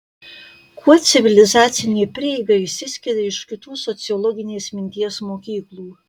kuo civilizacinė prieiga išsiskiria iš kitų sociologinės minties mokyklų